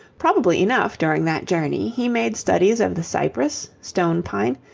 probably enough during that journey he made studies of the cypress, stone-pine,